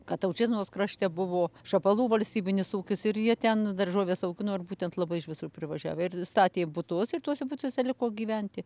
kataučinos krašte buvo šapalų valstybinis ūkis ir jie ten daržoves augino ir būtent labai iš visur privažiavę ir statė butus ir tuose butuose liko gyventi